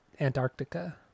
Antarctica